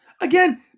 Again